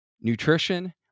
nutrition